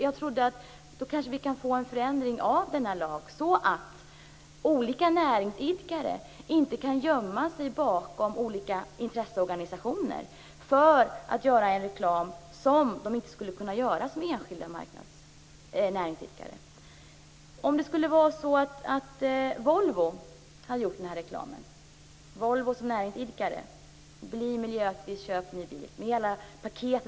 Jag trodde att vi kanske kunde få en förändring av den här lagen så att näringsidkare inte kan gömma sig bakom olika intresseorganisationer för att kunna göra reklam som de inte skulle kunna göra som enskilda näringsidkare. Om Volvo som näringsidkare hade gjort hela reklampaketet "Bli miljöaktivist - köp ny bil."